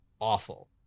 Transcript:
awful